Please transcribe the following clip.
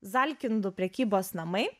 zalkindų prekybos namai